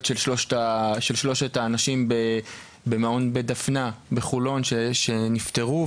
של שלושת האנשים במעון בית דפנה בחולון שנפטרו,